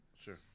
Sure